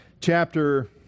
chapter